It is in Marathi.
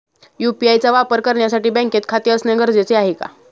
यु.पी.आय चा वापर करण्यासाठी बँकेत खाते असणे गरजेचे आहे का?